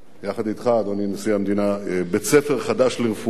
יחד אתך, אדוני נשיא המדינה, בית-ספר חדש לרפואה.